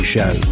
Show